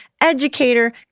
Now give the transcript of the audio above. educator